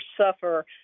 suffer